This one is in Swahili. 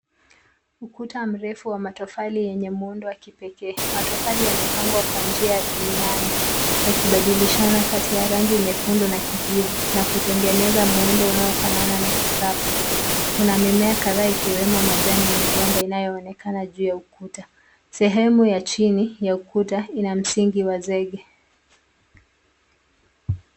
Ukuta mrefu wa matofali yenye muundo wa kipekee. Matofali yamepangwa kwa njia ya kimiani yakibadilishana kati ya rangi nyekundu na kijivu na kutengeneza muundo unaofanana na kikapu. Kuna mimea kadhaa ikiwemo majani ya migomba inayoonekana juu ya ukuta. Sehemu ya chini ya ukuta ina msingi wa zege.